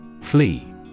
Flee